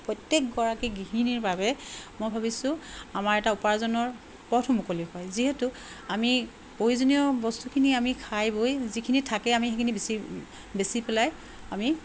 প্ৰত্যেকগৰাকী গৃহিণীৰ বাবে মই ভাবিছোঁ আমাৰ এটা উপাৰ্জনৰ পথ মুকলি হয় যিহেতু আমি প্ৰয়োজনীয় বস্তুখিনি আমি খাই বৈ যিখিনি থাকে আমি সেইখিনি বেছি বেছি পেলাই আমি